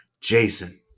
Jason